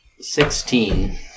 Sixteen